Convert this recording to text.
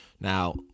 Now